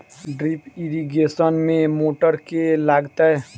Drip irrigation मे motor केँ लागतै?